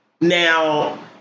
Now